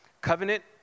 covenant